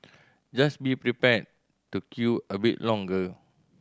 just be prepared to queue a bit longer